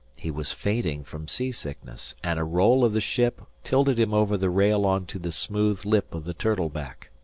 he was fainting from seasickness, and a roll of the ship tilted him over the rail on to the smooth lip of the turtle-back.